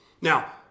Now